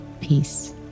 peace